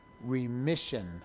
remission